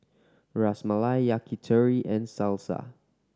Ras Malai Yakitori and Salsa